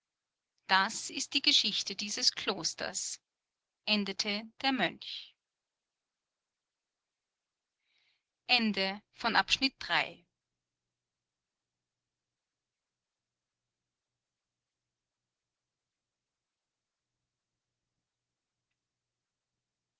das ist die geschichte dieses klosters endete der mönch